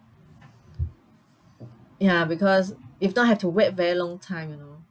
ya because if not have to wait very long time you know